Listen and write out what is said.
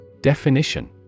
Definition